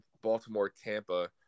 Baltimore-Tampa